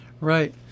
Right